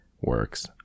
Works